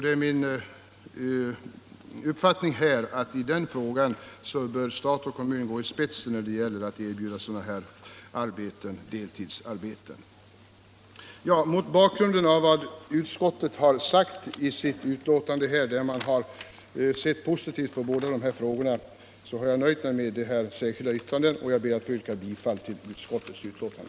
Det är min förhoppning att stat och kommun går i spetsen när det gäller att erbjuda deltidsarbeten. Eftersom utskottet i sitt betänkande ser positivt på båda dessa frågor har jag nöjt mig med att avge särskilda yttranden, och jag ber att få yrka bifall till utskottets hemställan.